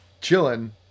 chilling